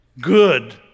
good